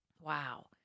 Wow